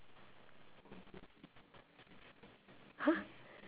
ha